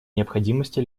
необходимости